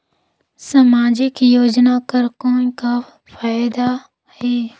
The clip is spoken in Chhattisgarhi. समाजिक योजना कर कौन का फायदा है?